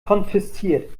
konfisziert